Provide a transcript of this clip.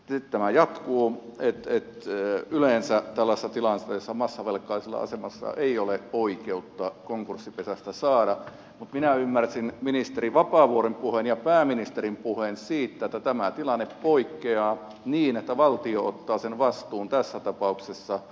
sitten tämä jatkuu että yleensä tällaisessa tilanteessa massavelkaisessa asemassa ei ole oikeutta konkurssipesästä saada mutta minä ymmärsin ministeri vapaavuoren puheen ja pääministerin puheen siitä että tämä tilanne poikkeaa niin että valtio ottaa sen vastuun tässä tapauksessa